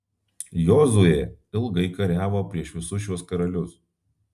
jozuė ilgai kariavo prieš visus šituos karalius